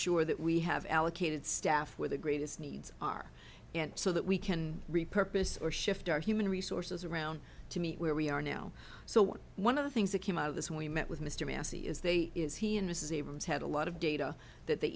sure that we have allocated staff where the greatest needs are and so that we can repurpose or shift our human resources around to meet where we are now so one of the things that came out of this when we met with mr massey is they is he and his abrams had a lot of data that they